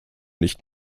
nicht